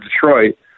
Detroit